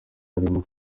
harimo